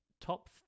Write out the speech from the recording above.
top